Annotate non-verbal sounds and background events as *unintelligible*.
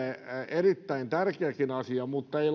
erittäin tärkeäkin asia mutta ei *unintelligible*